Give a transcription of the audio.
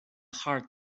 heart